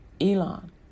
Elon